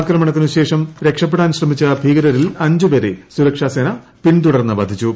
ആക്രമണത്തിന് ശേഷം രക്ഷപ്പെടാൻ ശ്രമിച്ച ഭീകരരിൽ അഞ്ച് പേരെ സുരക്ഷാ സേന പിന്തുടർന്ന് വധിച്ചു